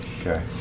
Okay